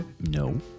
No